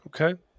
Okay